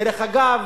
דרך אגב,